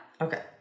Okay